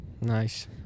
nice